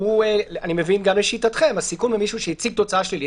אני מבין גם לשיטתכם הסיכון הוא מישהו שהציג תוצאה שלילית,